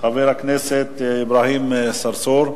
חבר הכנסת אברהים צרצור?